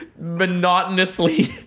monotonously